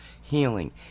healing